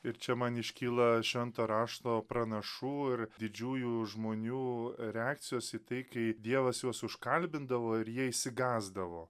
ir čia man iškyla švento rašto pranašų ir didžiųjų žmonių reakcijos į tai kai dievas juos užkalbindavo ir jie išsigąsdavo